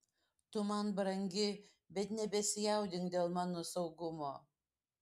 tu man brangi bet nebesijaudink dėl mano saugumo